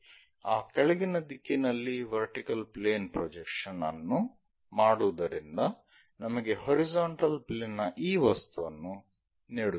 ಆ ಕೆಳಗಿನ ದಿಕ್ಕಿನಲ್ಲಿ ವರ್ಟಿಕಲ್ ಪ್ಲೇನ್ ಪ್ರೊಜೆಕ್ಷನ್ ಅನ್ನು ಮಾಡುವುದರಿಂದ ನಮಗೆ ಹಾರಿಜಾಂಟಲ್ ಪ್ಲೇನ್ ನ ಈ ವಸ್ತುವನ್ನು ನೀಡುತ್ತದೆ